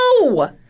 No